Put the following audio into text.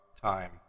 time